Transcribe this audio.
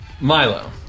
Milo